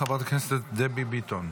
חברת הכנסת דבי ביטון,